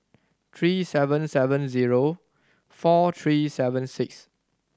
three seven seven zero four three seven six